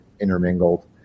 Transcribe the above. intermingled